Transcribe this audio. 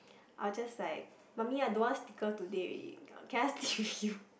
I will just like mummy I don't want sticker today already can I sleep with you